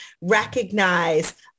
recognize